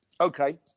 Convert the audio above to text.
Okay